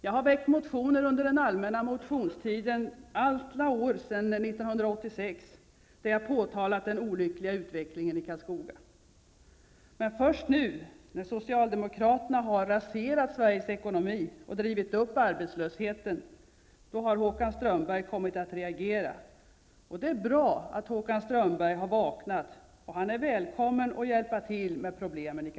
Jag har under den allmänna motionstiden, under alla år sedan 1986, väckt motioner där jag påtalat den olyckliga utvecklingen i Karlskoga. Men först nu, när socialdemokraterna har raserat Sveriges ekonomi och drivit upp arbetslösheten, har Håkan Strömberg kommit att reagera. Det är bra att Håkan Strömberg har vaknat, och han är välkommen att hjälpa till med problemen i